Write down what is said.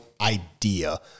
idea